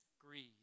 greed